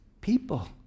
people